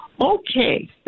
Okay